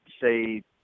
say